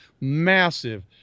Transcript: Massive